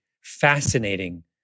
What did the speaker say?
fascinating